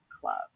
club